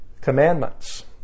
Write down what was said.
commandments